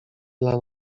dla